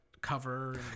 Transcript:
Cover